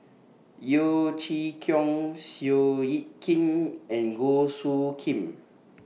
Yeo Chee Kiong Seow Yit Kin and Goh Soo Khim